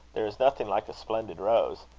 there is nothing like a splendid rose.